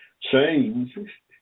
change